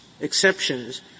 exceptions